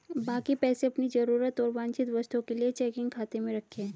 बाकी पैसे अपनी जरूरत और वांछित वस्तुओं के लिए चेकिंग खाते में रखें